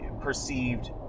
perceived